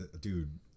dude